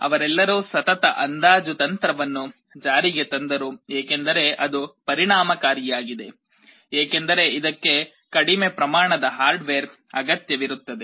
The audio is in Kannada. ಅವರೆಲ್ಲರೂ ಸತತ ಅಂದಾಜು ತಂತ್ರವನ್ನು ಜಾರಿಗೆ ತಂದರು ಏಕೆಂದರೆ ಅದು ಪರಿಣಾಮಕಾರಿಯಾಗಿದೆ ಏಕೆಂದರೆ ಇದಕ್ಕೆ ಕಡಿಮೆ ಪ್ರಮಾಣದ ಹಾರ್ಡ್ವೇರ್ ಅಗತ್ಯವಿರುತ್ತದೆ